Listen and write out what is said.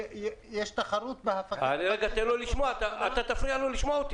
בנימין זומר נמצא איתנו?